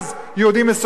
יהודי מסורתי,